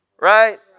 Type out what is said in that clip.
Right